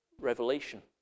Revelation